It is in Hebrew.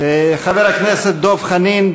חבר הכנסת דב חנין,